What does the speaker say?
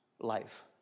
life